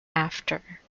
after